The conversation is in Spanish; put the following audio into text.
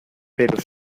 pero